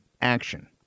action